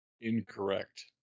Incorrect